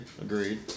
Agreed